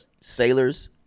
sailors